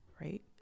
Right